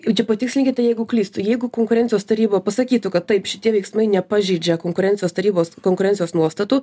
jau čia patikslinkite jeigu klystu jeigu konkurencijos taryba pasakytų kad taip šitie veiksmai nepažeidžia konkurencijos tarybos konkurencijos nuostatų